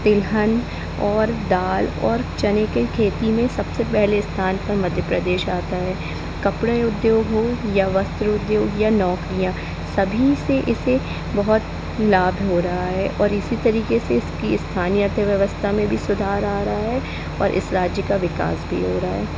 तिलहन और दाल और चने के खेती में सबसे पहले स्थान पर मध्य प्रदेश आता है कपड़े उद्योग हो या वस्त्र उद्योग या नौकरियां सभी से इसे बहुत लाभ हो रहा है और इसी तरीके से इसकी स्थानीय अर्थव्यवस्था में भी सुधार आ रहा है और इस राज्य का विकास भी हो रहा है